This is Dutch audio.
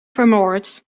vermoord